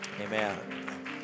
Amen